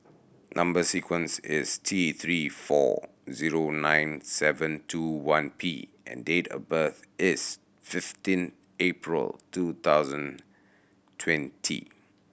number sequence is T Three four zero nine seven two one P and date of birth is fifteen April two thousand twenty